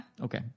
Okay